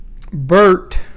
Bert